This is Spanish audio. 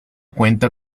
cuenta